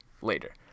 later